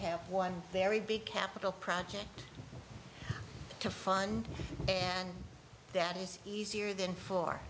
have one very big capital project to fund and that is easier than for